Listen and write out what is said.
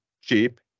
cheap